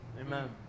Amen